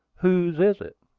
whose is it?